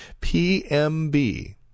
PMB